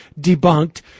debunked